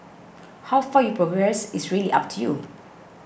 how far you progress is really up to you